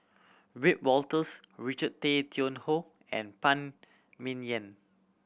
Wiebe Wolters Richard Tay Tian Hoe and Phan Ming Yen